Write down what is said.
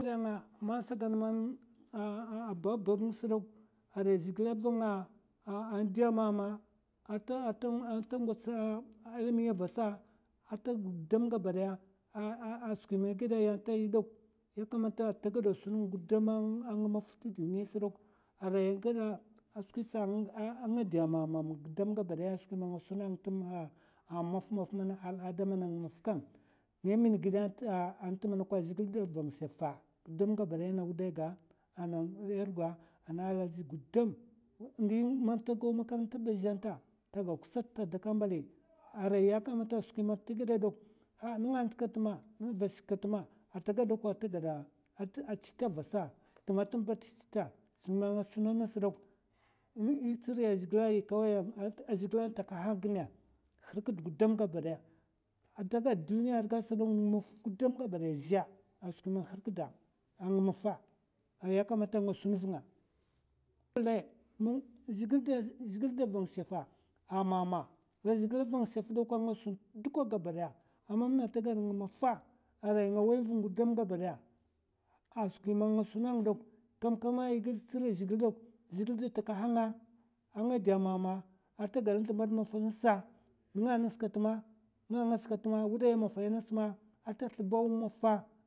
Ma sagan man a a babab ngs dok, arai zhèhila vanga a ndè mama ata ngwats a alimya vasa, atag gudam gabadaya ahh skwin mè gèda yant dok ya kamata ta gada sun nga gudam ng maf tè duniya sdok, arai nga gada skwisa ahh nga dè mama gudam gabadaya a skwi man nga suna ta a mafmaf mana al'ada mana nganga maf kam nga min gèda nt manok zhègil da van shafa gud gabadaya na wudai ga, ana ngoz ga ana alaji gudam. Ndi man ta gaw makaranta tba zhèn ta, taga kusat ta daka mbali arai ya kamata skwi man ta gèdè dok. a nènga nt kat ma, va shik kat ma ata ga dakwa tagada ata gada chita vasa tma tma ba ta chita skwi man nga suna ngas dok, ts'riya zhègil aya dok a zhègilan takahan gina hr'kad gudam gabadaya, a ta gad duniya ta gad sdok ng mafa gudam gabadya zhè, a skwi man hr'kda an mafa ay yakamata nga sun vunga lai mang zhègil da van shafa a mama, wai zhègil vang shafa dakwa a nga sun nt duka gabadaya a mamna man ta gad mafa arai nga wai vung gudam gabadaya a skwi man nga suna ngdok, kamkama è tsiriya zhègil dok, zhègil da takaha nga, a nga dè mama a ta gad n'slabad mafa ngasa, nènga nas kat ma, nènga nas kat ma wudai mafai ya ngas ma ata slubaw mu mafa.